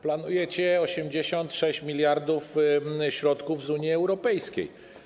Planujecie 86 mld środków z Unii Europejskiej.